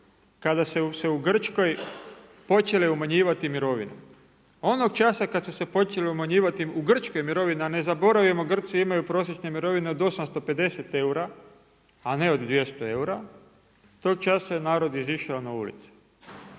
kada se u Grčkoj počele umanjivati mirovine. Onog časa kada su se počele umanjivati u Grčkoj mirovine, a ne zaboravimo Grci imaju prosječne mirovine od 850 eura, a ne od 200 eura tog časa je narod izišao na ulice.